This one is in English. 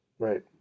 right